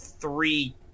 three